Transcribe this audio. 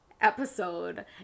episode